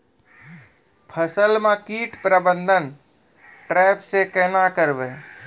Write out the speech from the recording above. फसल म कीट प्रबंधन ट्रेप से केना करबै?